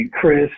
Chris